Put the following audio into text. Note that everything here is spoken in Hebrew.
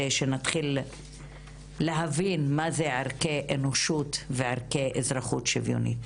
מנת שנתחיל להבין מה זה ערכי אנושיות וערכי אזרחות שוויונית.